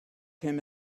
him